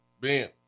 Ben